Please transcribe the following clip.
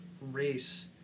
race